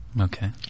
Okay